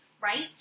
right